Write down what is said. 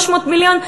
300 מיליון.